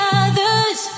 others